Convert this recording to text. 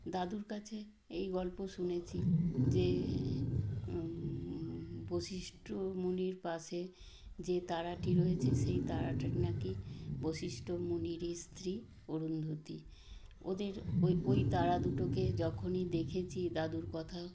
দাদুর কাছে এই গল্প শুনেছি যে বশিষ্ঠ মুনির পাশে যে তারাটি রয়েছে সেই তারাটা নাকি বশিষ্ঠ মুনিরই স্ত্রী অরুন্ধতী ওদের ওই ওই তারা দুটোকে যখনই দেখেছি দাদুর কথা